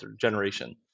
generation